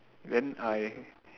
then I